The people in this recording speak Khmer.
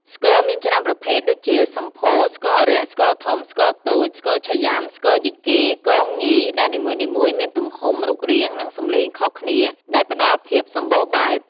ស្គរមានច្រើនប្រភេទដូចជា សម្ភោរ ស្គរអារក្ស ស្គរធំ ស្គរតូច ស្គរឆៃយ៉ាំ ស្គរយីកេ គងញី ដែលនីមួយៗមានទំហំ រូបរាង និងសំឡេងខុសគ្នា ដែលផ្តល់ភាពសម្បូរបែប។